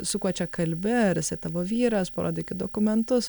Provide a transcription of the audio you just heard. su kuo čia kalbi ar jisai tavo vyras parodykit dokumentus